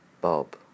Bob